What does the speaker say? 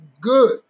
good